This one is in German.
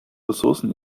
ressourcen